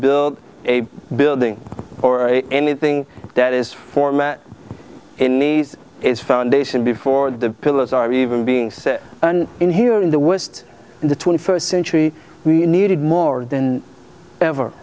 build a building or anything that is format in need is foundation before the pillars are even being said in here in the west in the twenty first century we need more than ever